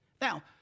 Now